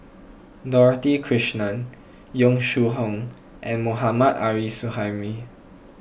Dorothy Krishnan Yong Shu Hoong and Mohammad Arif Suhaimi